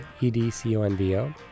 E-D-C-O-N-V-O